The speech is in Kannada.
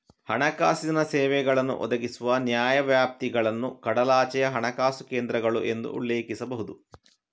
ಹಣಕಾಸಿನ ಸೇವೆಗಳನ್ನು ಒದಗಿಸುವ ನ್ಯಾಯವ್ಯಾಪ್ತಿಗಳನ್ನು ಕಡಲಾಚೆಯ ಹಣಕಾಸು ಕೇಂದ್ರಗಳು ಎಂದು ಉಲ್ಲೇಖಿಸಬಹುದು